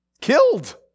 killed